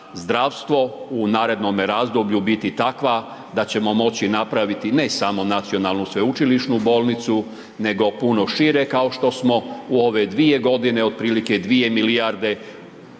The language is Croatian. zdravstvo u narednome razdoblju biti takva da ćemo moći napraviti ne samo Nacionalnu sveučilišnu bolnicu, nego puno šire, kao što smo u ove dvije godine, otprilike dvije milijarde